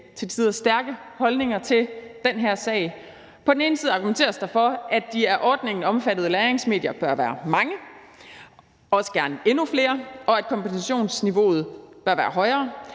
til tider stærke holdninger til den her sag. På den ene side argumenteres der for, at de af ordningen omfattede lagringsmedier bør være mange, også gerne endnu flere, og at kompensationsniveauet bør være højere,